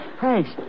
Thanks